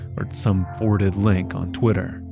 or some forwarded link on twitter.